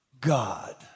God